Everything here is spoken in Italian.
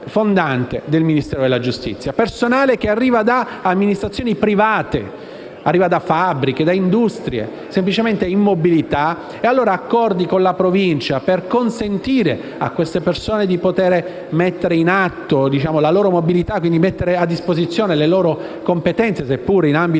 del Ministero della giustizia. Personale che arriva da amministrazioni private, da fabbriche e industrie, o semplicemente in mobilità; accordi con le Province per consentire a queste persone di attivare la loro mobilità e mettere a disposizione le loro competenze, seppure in ambito